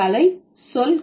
தலை சொல் கற்பித்தல்